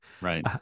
Right